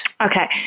okay